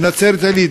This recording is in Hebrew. בנצרת-עילית,